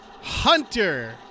Hunter